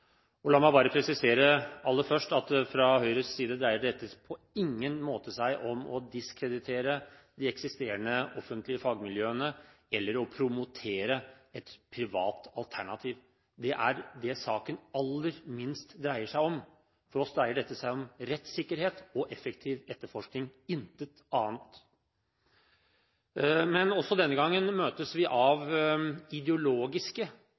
La meg bare presisere aller først at fra Høyres side dreier dette seg på ingen måte om å diskreditere de eksisterende offentlige fagmiljøene eller å promotere et privat alternativ. Det er det saken aller minst dreier seg om. For oss dreier dette seg om rettssikkerhet og effektiv etterforskning, intet annet. Men også denne gangen møtes vi av ideologiske